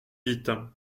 vite